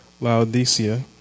Laodicea